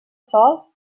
sol